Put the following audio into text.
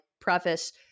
preface